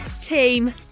team